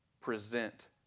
present